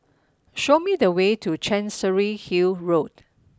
show me the way to Chancery Hill Road